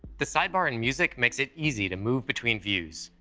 the sidebar in music makes it easy to move between views.